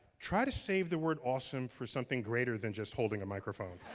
try to save the word awesome for something greater than just holding a microphone.